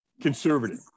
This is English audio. conservative